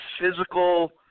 physical